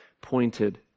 pointed